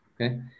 okay